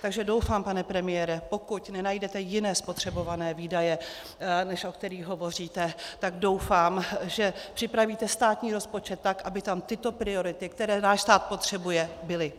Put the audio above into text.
Takže doufám, pane premiére, pokud nenajdete jiné spotřebované výdaje, než o kterých hovoříte, tak doufám, že připravíte státní rozpočet tak, aby tam tyto priority, které náš stát potřebuje, byly.